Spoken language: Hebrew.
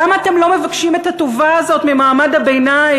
למה אתם לא מבקשים את הטובה הזאת ממעמד הביניים?